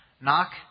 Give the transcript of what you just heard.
Knock